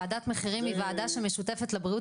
וועדת מחירים היא וועדה שמשותפת למשרד הבריאות